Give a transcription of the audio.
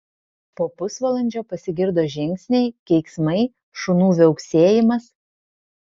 po pusvalandžio pasigirdo žingsniai keiksmai šunų viauksėjimas